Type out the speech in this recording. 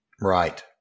Right